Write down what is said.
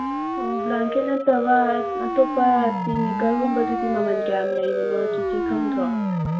ꯑꯣ ꯕ꯭ꯂꯥꯡꯀꯦꯠ ꯅꯠꯇꯕ ꯑꯇꯣꯞꯄ ꯇꯤ ꯃꯦꯀꯔꯒꯨꯝꯕꯗꯨꯗꯤ ꯃꯃꯜ ꯀꯌꯥꯝ ꯂꯩꯕꯅꯣ ꯆꯤꯆꯦ ꯈꯪꯗ꯭ꯔꯣ